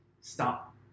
stop